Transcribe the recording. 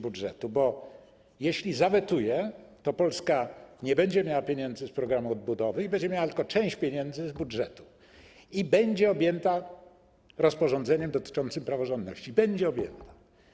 Bo jeśli zawetuje, to Polska nie będzie miała pieniędzy z programu odbudowy oraz będzie miała tylko część pieniędzy z budżetu i będzie objęta rozporządzeniem dotyczącym praworządności - będzie objęta.